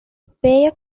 player